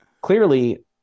Clearly